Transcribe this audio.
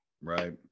Right